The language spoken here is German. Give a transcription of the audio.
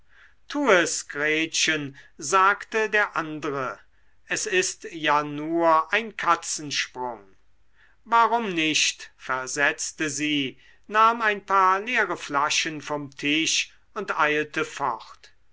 gretchen sagte der andre es ist ja nur ein katzensprung warum nicht versetzte sie nahm ein paar leere flaschen vom tisch und eilte fort